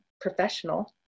professional